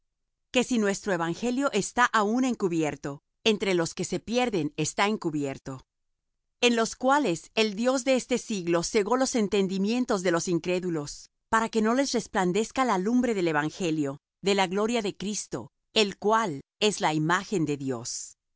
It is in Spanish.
que si nuestro evangelio está aún encubierto entre los que se pierden está encubierto en los cuales el dios de este siglo cegó los entendimientos de los incrédulos para que no les resplandezca la lumbre del evangelio de la gloria de cristo el cual es la imagen de dios